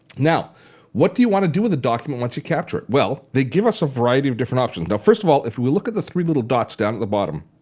now what do you want to do with a document once you've captured it? well, they give us a variety of different options. first of all if you look at the three little dots down at the bottom,